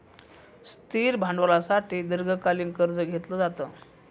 स्थिर भांडवलासाठी दीर्घकालीन कर्ज घेतलं जातं